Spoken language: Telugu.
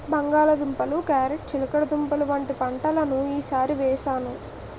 బంగాళ దుంపలు, క్యారేట్ చిలకడదుంపలు వంటి పంటలను ఈ సారి వేసాను